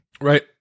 right